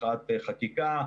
אחת הייתה חקיקה,